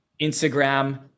Instagram